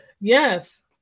Yes